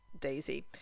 Daisy